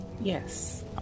Yes